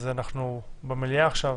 אז אנחנו במליאה עכשיו.